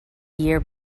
year